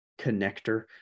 connector